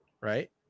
Right